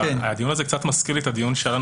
הדיון הזה קצת מזכיר לי את הדיון שהיה לנו